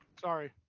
Sorry